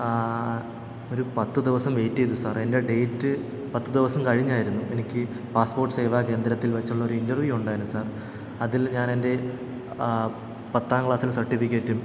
ഒരു പത്ത് ദിവസം വെയ്റ്റെയ്തു സാര് എൻ്റെ ഡെയ്റ്റ് പത്ത് ദിവസം കഴിഞ്ഞാരുന്നു എനിക്ക് പാസ്പ്പോട്ട് സേവാകേന്ദ്രത്തിൽ വെച്ചുള്ളൊരിൻ്റർവ്യു ഉണ്ടായിരുന്നു സാർ അതിൽ ഞാനെൻ്റെ പത്താം ക്ലാസിൽ സർട്ടിഫിക്കറ്റും